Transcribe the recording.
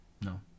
no